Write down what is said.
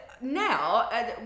now